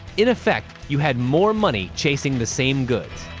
in effect, you had more money chasing the same goods.